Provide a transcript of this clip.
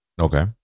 Okay